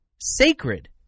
Sacred